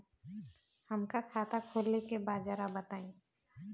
हमका खाता खोले के बा जरा बताई?